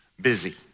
busy